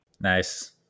Nice